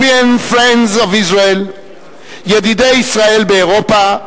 European Friends of Israel, ידידי ישראל באירופה,